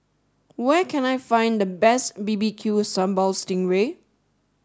where can I find the best B B Q Sambal Stingray